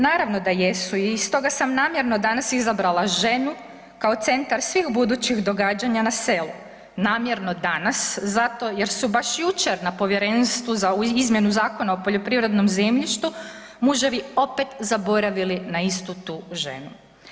Naravno da jesu i stoga sam namjerno danas izabrala ženu kao centar svih budućih događanja na selu, namjerno danas zato jer su baš jučer na povjerenstvu za izmjenu Zakona o poljoprivrednom zemljištu muževi opet zaboravili na istu tu ženu.